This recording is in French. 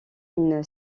une